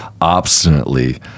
obstinately